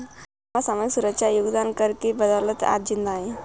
रजनी अम्मा सामाजिक सुरक्षा योगदान कर के बदौलत आज जिंदा है